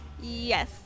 Yes